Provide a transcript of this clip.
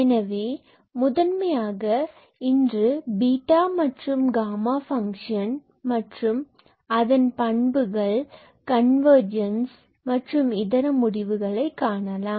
எனவே முதன்மையாக இன்று பீட்டா மற்றும் காமா ஃபங்க்ஷன் மற்றும் அதன் பண்புகள் கன்வர்ஜென்ஸ் மற்றும் இதர முடிவுகளை காணலாம்